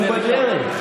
הוא בדרך.